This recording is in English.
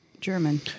German